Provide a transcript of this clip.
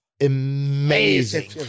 Amazing